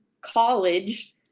college